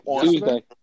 Tuesday